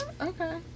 okay